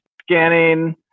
scanning